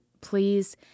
please